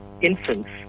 infants